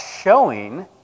showing